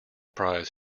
prize